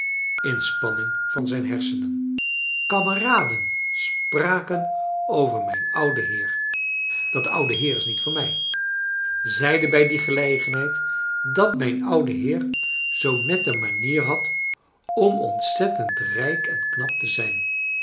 inspanning van zijn hersenen kameraden spraken over mij n ouden heer dat oude heer is niet van mij zeiden bij die gelegenheid dat mijn oude heer zoo'n nette manier had om ontzettend rijk en knap te zijn